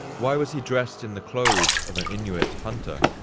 why was he dressed in the clothes of an inuit hunter?